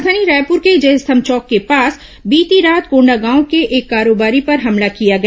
राजधानी रायपुर के जयस्तंम चौक के पास बीती रात कोंडागांव के एक कारोबारी पर हमला किया गया